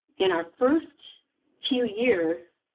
in our first few years,